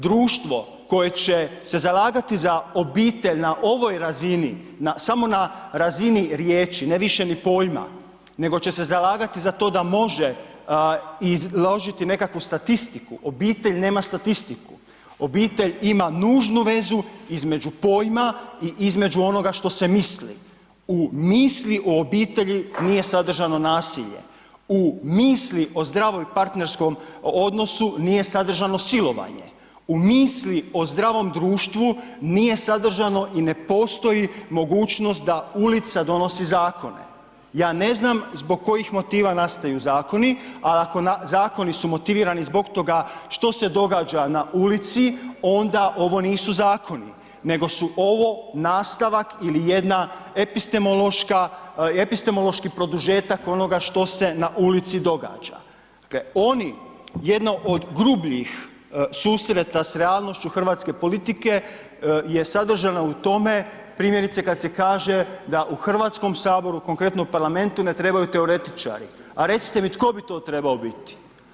Društvo koje će se zalagati za obitelj na ovoj razini, samo na razini riječi, ne više ni pojma, nego će se zalagati za to da može izložiti nekakvu statistiku, obitelj nema statistiku, obitelj ima nužnu vezu između pojma i između onoga što se misli, u misli o obitelji nije sadržano nasilje, u misli o zdravoj partnerskom odnosu nije sadržano silovanje, u misli o zdravom društvu nije sadržano i ne postoji mogućnost da ulica donosi zakone, ja ne znam zbog kojih motiva nastaju zakoni, a ako zakoni su motivirani zbog toga što se događa na ulici, onda ovo nisu zakoni, nego su ovo nastavak ili jedna epistemološka, epistemološki produžetak onoga što se na ulici događa, dakle oni, jedno od grubljih susreta s realnošću hrvatske politike je sadržano u tome primjerice kad se kaže da u HS, konkretno parlamentu ne trebaju teoretičari, a recite mi tko bi to trebao biti?